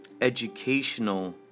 educational